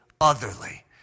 otherly